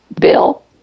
Bill